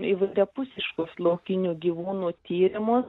įvairiapusiškus laukinių gyvūnų tyrimu